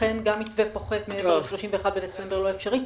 ולכן גם מתווה פוחת מעבר ל-31 בדצמבר לא אפשרי.